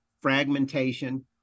fragmentation